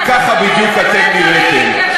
כי ככה בדיוק אתם נראיתם.